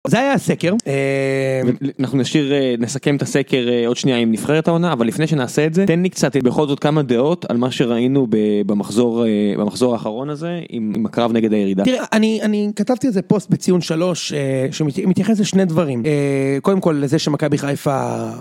זה היה הסקר, אנחנו נשאיר, נסכם את הסקר עוד שניה עם נבחרת העונה, אבל לפני שנעשה את זה, תן לי קצת בכל זאת כמה דעות על מה שראינו במחזור האחרון הזה עם הקרב נגד הירידה. תראה, אני כתבתי על זה פוסט בציון 3 שמתייחס לשני דברים, קודם כל לזה שמכבי בחיפה.